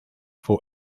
for